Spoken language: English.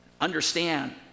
Understand